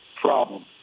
problem